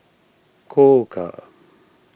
Koka